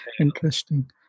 interesting